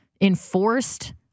enforced